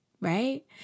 right